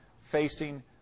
facing